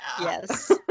Yes